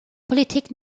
politik